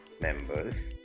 members